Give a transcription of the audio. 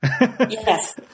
Yes